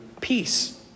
peace